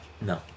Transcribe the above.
No